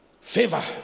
Favor